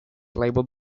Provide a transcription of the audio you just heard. labeled